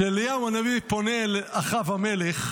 כשאליהו הנביא פונה אל אחאב המלך,